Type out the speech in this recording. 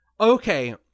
Okay